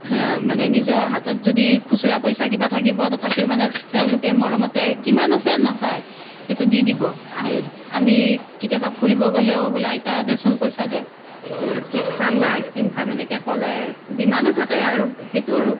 হে মানে নিজৰ হাতত যদি খুচুৰা পইচা কিবা থাকিব তথাপিও মানে তেওঁলোকে মৰমতে কিমান আছে নাচায় সেইটো দি দিব আমি কেতিয়াবা ফুৰিব গ'লেও বোলে আইতা দেচোঁন পইচা দে কে চিপচ্ খাম বা আইচক্ৰীম খাম এনেকৈ ক'লে যিমানো থাকে আৰু সেইটোৰ